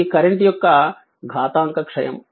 ఇది కరెంట్ యొక్క ఘాతాంక క్షయం